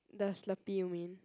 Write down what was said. the slurpy you mean